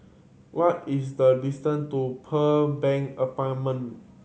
what is the distance to Pearl Bank Apartment